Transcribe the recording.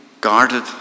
guarded